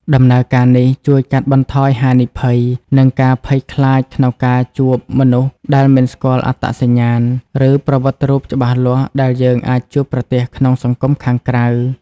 ដំណើរការនេះជួយកាត់បន្ថយហានិភ័យ និងការភ័យខ្លាចក្នុងការជួបមនុស្សដែលមិនស្គាល់អត្តសញ្ញាណ ឬប្រវត្តិរូបច្បាស់លាស់ដែលយើងអាចជួបប្រទះក្នុងសង្គមខាងក្រៅ។